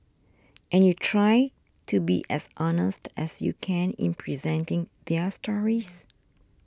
and you try to be as honest as you can in presenting their stories